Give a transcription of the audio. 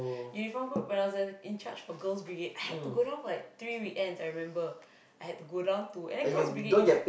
uniform group when I was a in charged for Girls'-Brigade I had to go down for like three weekends I remember I had to go down to and then Girls'-Brigade is